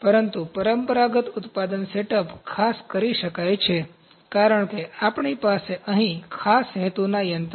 પરંતુ પરંપરાગત ઉત્પાદનમાં સેટઅપ ખાસ કરી શકાય છે કારણ કે આપણી પાસે અહીં ખાસ હેતુના યંત્રો છે